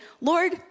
Lord